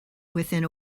within